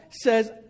says